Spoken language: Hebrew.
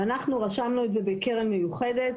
אנחנו רשמנו את זה בקרן מיוחדת,